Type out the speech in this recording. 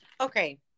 Okay